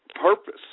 purpose